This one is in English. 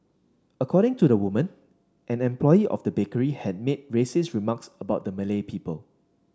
according to the woman an employee of the bakery had made racist remarks about Malay people